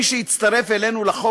מי שהצטרף אלינו לחוק,